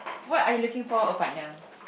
what are you looking for a partner